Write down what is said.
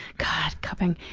god, cupping.